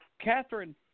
Catherine